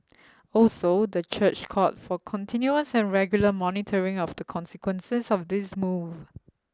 also the church called for continuous and regular monitoring of the consequences of this move